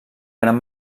gran